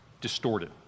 distorted